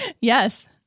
Yes